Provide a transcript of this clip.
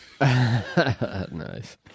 Nice